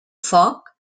foc